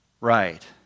Right